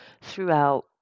throughout